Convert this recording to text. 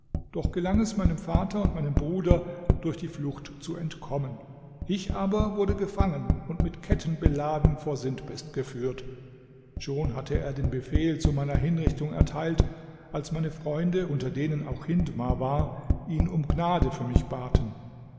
doch gelang es meinem vater und meinem bruder durch die flucht zu entkommen ich aber wurde gefangen und mit ketten beladen vor sintbest geführt schon hatte er den befehl zu meiner hinrichtung erteilt als meine freunde unter denen auch hindmar war ihn um gnade für mich baten